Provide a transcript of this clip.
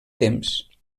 temps